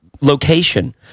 location